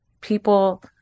people